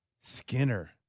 Skinner